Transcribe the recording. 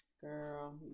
Girl